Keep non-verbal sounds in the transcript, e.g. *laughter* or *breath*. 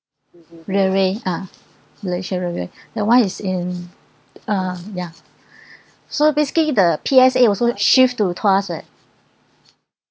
relay ah malaysia relay *breath* that [one] is in uh ya *breath* so basically the P_S_A also shift to tuas eh